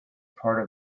part